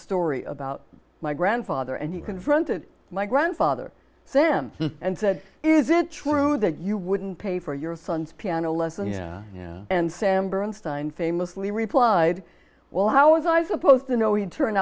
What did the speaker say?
story about my grandfather and he confronted my grandfather sam and said is it true that you wouldn't pay for your son's piano lesson yeah yeah and sam bernstein famously replied well how was i supposed to know he turn